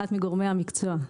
אחת מגורמי המקצוע.